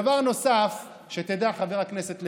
דבר נוסף, שתדע, חבר הכנסת לוי,